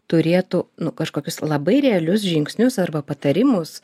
turėtų nu kažkokius labai realius žingsnius arba patarimus